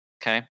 Okay